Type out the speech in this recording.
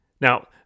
Now